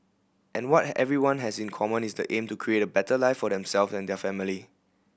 and what everyone has in common is the aim to create a better life for them self and their family